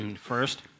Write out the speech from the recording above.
first